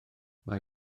mae